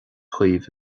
daoibh